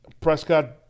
Prescott